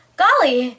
golly